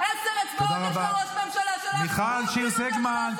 עשר אצבעות יש לראש הממשלה שלך והוא אפילו --- מיכל שיר סגמן,